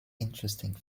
interesting